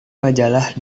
majalah